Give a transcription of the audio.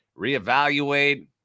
reevaluate